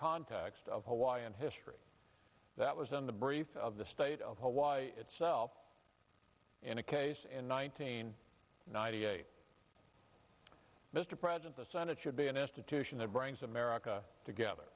context of hawaiian history that was in the briefs of the state of hawaii itself in a case in nineteen ninety eight mr president the senate should be an institution that brings america together